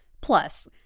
Plus